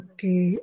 Okay